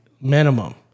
minimum